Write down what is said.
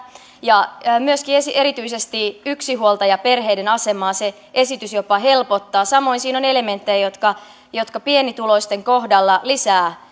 ja myöskin erityisesti yksinhuoltajaperheiden asemaa se esitys jopa helpottaa samoin siinä on elementtejä jotka pienituloisten kohdalla lisäävät